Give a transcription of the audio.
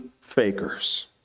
fakers